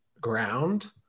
ground